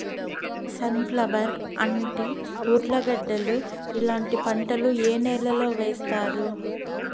Sun flower, అంటి, ఉర్లగడ్డలు ఇలాంటి పంటలు ఏ నెలలో వేస్తారు?